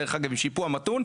דרך אגב עם שיפוע מתון,